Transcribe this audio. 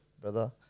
brother